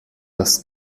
das